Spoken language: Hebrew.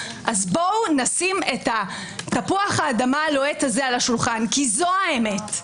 בואו נשים את תפוח האדמה הלוהט הזה על השולחן כי זו האמת.